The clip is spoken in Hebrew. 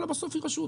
אבל בסוף היא רשות.